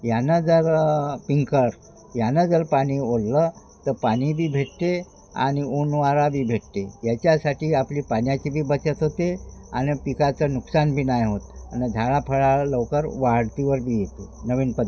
यानं जर पिंकर यानं जर पाणी ओढलं तर पाणी बी भेटते आणि ऊनवारा बी भेटते याच्यासाठी आपली पाण्याची बी बचत होते आणि पिकाचं नुकसान बी नाही होत आणि झाडाफळाला लवकर वाढतीवर बी येते नवीन प